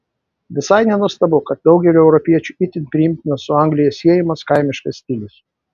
visai nenuostabu kad daugeliui europiečių itin priimtinas su anglija siejamas kaimiškas stilius